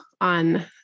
on